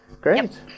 Great